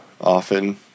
often